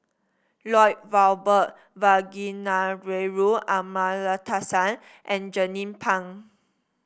Lloyd Valberg Kavignareru Amallathasan and Jernnine Pang